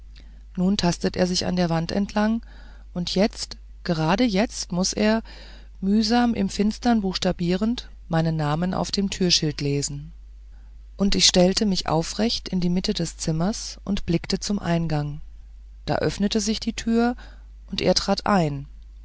nun tastet er sich an der wand entlang und jetzt gerade jetzt muß er mühsam im finstern buchstabierend meinen namen auf dem türschild lesen und ich stellte mich aufrecht in die mitte des zimmers und blickte zum eingang da öffnete sich die türe und er trat ein